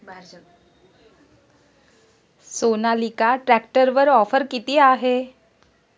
सोनालिका ट्रॅक्टरवर ऑफर किती आहे?